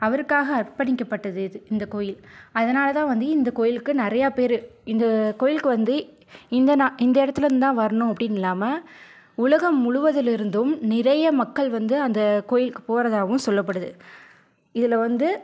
அவருக்காக அர்ப்பணிக்கப்பட்டது இது இந்த கோயில் அதனால் தான் வந்து இந்த கோயிலுக்கு நிறைய பேர் இந்த கோயிலுக்கு வந்து இந்த நா இந்த இடத்தில் இருந்து தான் வரணும் அப்படினு இல்லாமல் உலகம் முழுவதிலிருந்தும் நிறைய மக்கள் வந்து அந்த கோயிலுக்கு போகிறதாவும் சொல்லப்படுது இதில் வந்து